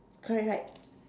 correct correct